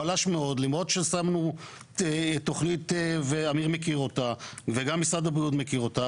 למרות ששמנו תוכנית ואמיר מכיר אותה וגם משרד הבריאות מכיר אותה,